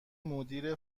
مدیر